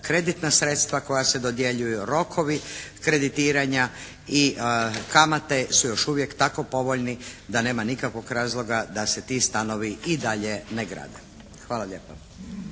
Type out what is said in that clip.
kreditna sredstva koja se dodjeljuju, rokovi kreditiranja i kamate su još uvijek tako povoljni da nema nikakvog razloga da se ti stanovi i dalje ne grade. Hvala lijepa.